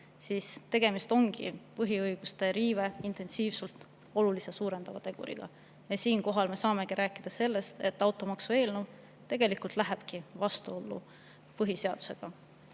ongi tegemist põhiõiguste riivet oluliselt suurendava teguriga. Ja siinkohal me saamegi rääkida sellest, et automaksu eelnõu tegelikult läheb vastuollu põhiseadusega.